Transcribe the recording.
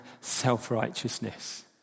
self-righteousness